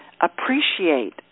appreciate